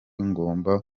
ngomba